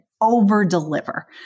over-deliver